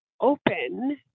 open